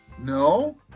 No